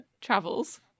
travels